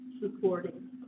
Supporting